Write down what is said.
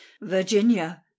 Virginia